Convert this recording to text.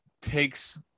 takes